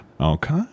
Okay